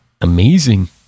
Amazing